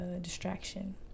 distraction